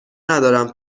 ندارم